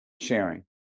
sharing